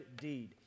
deed